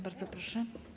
Bardzo proszę.